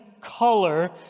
color